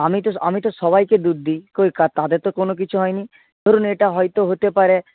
আমি তো আমি তো সবাইকে দুধ দিই কই তাদের তো কোনো কিছু হয়নি ধরুন এটা হয়তো হতে পারে